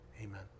Amen